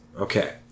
Okay